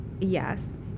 Yes